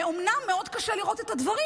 אומנם מאוד קשה לראות את הדברים,